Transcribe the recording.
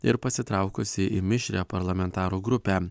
ir pasitraukusį į mišrią parlamentarų grupę